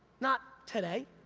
not today,